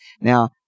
Now